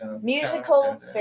musical